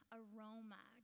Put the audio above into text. aroma